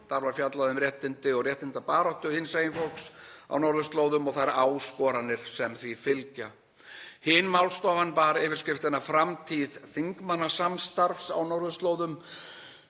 Þar var fjallað um réttindi og réttindabaráttu hinsegin fólks á norðurslóðum og þær áskoranir sem því fylgja. Hin málstofan bar yfirskriftina „framtíð þingmannasamstarfs á norðurslóðum“.